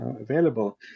available